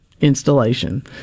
installation